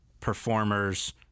performers